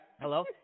Hello